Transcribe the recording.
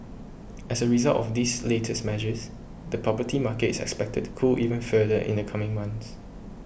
as a result of these latest measures the property market is expected to cool even further in the coming months